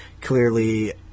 clearly